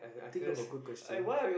think of a good question